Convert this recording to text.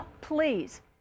please